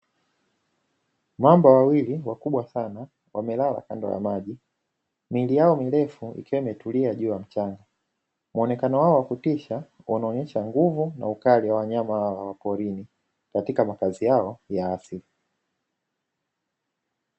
Mamba wawili wakubwa sana wamelala kando ya maji, miili yao mirefu ikiwa imetulia juu ya mchanga, muonekano wao wa kutisha unaonyesha nguvu na ukali wa wanyama hao wa porini katika makazi yao ya asili.